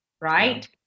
right